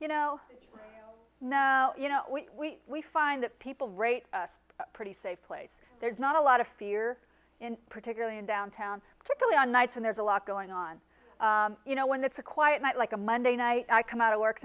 you know now you know we we find that people rate pretty safe place there's not a lot of fear in particularly in downtown tripoli on nights and there's a lot going on you know when it's a quiet night like a monday night i come out of work